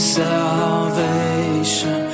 salvation